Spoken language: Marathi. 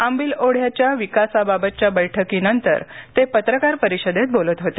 आंबील ओढ्याच्या विकासाबाबतच्या बैठकीनंतर ते पत्रकार परिषदेत बोलत होते